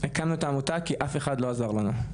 הקמנו את העמותה כי אף אחד לא עזר לנו.